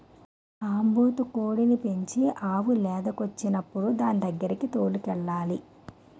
ఆంబోతు కోడిని పెంచి ఆవు లేదకొచ్చినప్పుడు దానిదగ్గరకి తోలుకెళ్లాలి